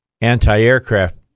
anti-aircraft